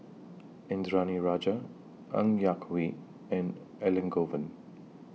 Indranee Rajah Ng Yak Whee and Elangovan